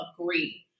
agree